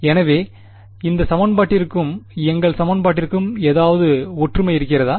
எனவே இந்த சமன்பாட்டிற்கும் எங்கள் சமன்பாட்டிற்கும் ஏதாவது ஒற்றுமை இருக்கிறதா